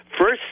first